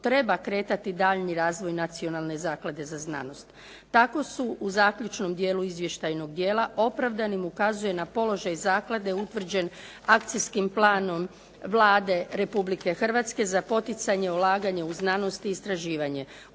treba kretati daljnji razvoj Nacionalne zaklade za znanost. Tako se u zaključnom dijelu izvještajnog dijela opravdanim ukazuje na položaj zaklade utvrđen akcijskim planom Vlade Republike Hrvatske za poticanje ulaganja u znanost i istraživanje.